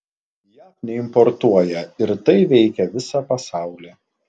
jav neimportuoja ir tai veikia visą pasaulį